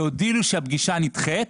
והודיעו לי שהפגישה נדחית,